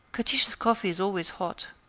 catiche's coffee is always hot.